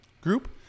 group